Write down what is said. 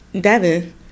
Devin